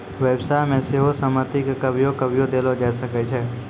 व्यवसाय मे सेहो सहमति के कभियो कभियो देलो जाय सकै छै